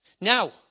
Now